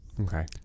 Okay